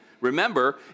Remember